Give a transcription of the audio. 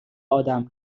آدم